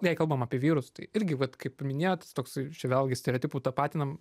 jei kalbam apie vyrus tai irgi vat kaip minėjot toksai čia vėlgi stereotipų tapatinam